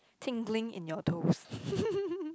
tingling in your toes